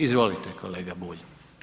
Izvolite, kolega Bulj.